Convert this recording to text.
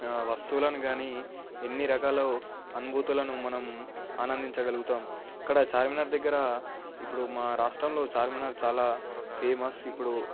వస్తువులను కానీ ఎన్ని రకాలు అనుభూతులను మనం ఆనందించగలుగుతాం అక్కడ చార్మినార్ దగ్గర ఇప్పుడు మా రాష్ట్రంలో చార్మినార్ చాలా ఫేమస్ ఇప్పుడు